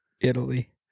Italy